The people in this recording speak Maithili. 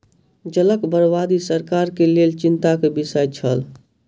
जलक बर्बादी सरकार के लेल चिंता के विषय छल